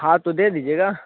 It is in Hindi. हाँ तो दे दीजिएगा